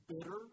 bitter